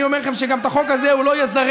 אני אומר לכם שגם את החוק הזה הוא לא יזרז,